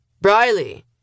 Briley